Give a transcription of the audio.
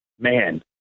man